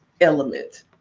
element